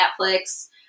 Netflix